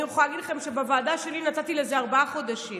אני יכולה להגיד לכם שבוועדה שלי נתתי לזה ארבעה חודשים.